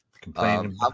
Complain